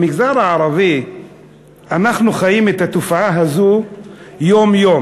במגזר הערבי אנחנו חיים את התופעה הזו יום-יום.